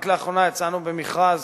רק לאחרונה יצאנו במכרז